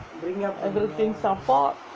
everything support